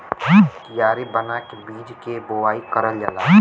कियारी बना के बीज के बोवाई करल जाला